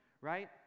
right